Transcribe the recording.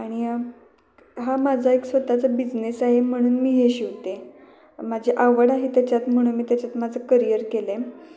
आणि हा मझा एक स्वतःचा बिजनेस आहे म्हणून मी हे शिवते माझी आवड आहे त्याच्यात म्हणून मी त्याच्यात माझं करियर केलं आहे